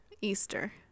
Easter